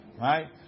Right